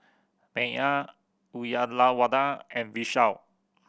Medha Uyyalawada and Vishal